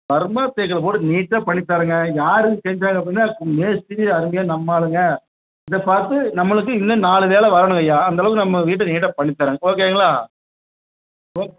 Burma தேக்கில் போட்டு நீட்டாக பண்ணித்தரங்க யார் செஞ்சாங்க செஞ்சாங்க மேஸ்திரி அங்கேயே நம்மாளுங்க இதை பார்த்து நம்மளுக்கும் இன்னும் நாலு வேலை வரணும் ஐயா அந்த அளவுக்கு நம்ம வீட்ட நீட்டாக பண்ணித்தரன் ஓகேங்களா ஓக்